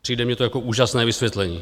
Přijde mně to jako úžasné vysvětlení.